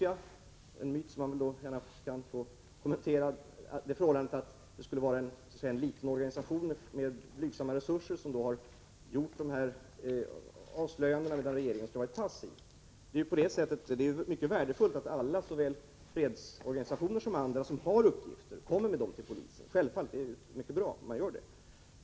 Jag vill gärna kommentera det förhållandet att det skulle vara en liten organisation med blygsamma resurser som har gjort dessa avslöjanden, medan regeringen skulle ha varit passiv. Det är mycket värdefullt att alla, såväl fredsorganisationer som andra, som har uppgifter kommer med dem till polisen. Det är självfallet mycket bra att man gör det.